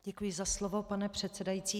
Děkuji za slovo, pane předsedající.